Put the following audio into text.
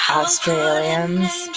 Australians